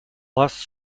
last